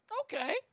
okay